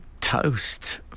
toast